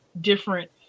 different